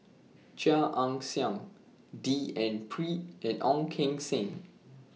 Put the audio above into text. Chia Ann Siang D N Pritt and Ong Keng Sen